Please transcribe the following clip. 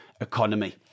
economy